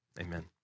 Amen